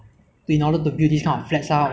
a livable place for the citizens